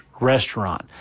restaurant